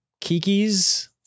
Kiki's